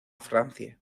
francia